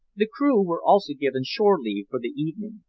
the crew were also given shore-leave for the evening,